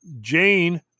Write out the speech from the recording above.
jane